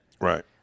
Right